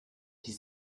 die